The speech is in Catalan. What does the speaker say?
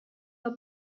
del